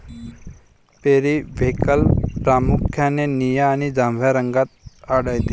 periwinkle प्रामुख्याने निळ्या आणि जांभळ्या रंगात आढळते